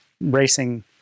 racing